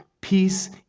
peace